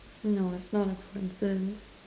no it's not a concern